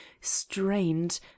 strained